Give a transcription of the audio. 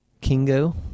Kingo